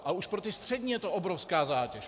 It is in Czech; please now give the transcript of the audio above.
A už pro ty střední je to obrovská zátěž.